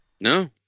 No